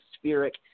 atmospheric